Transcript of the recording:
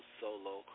solo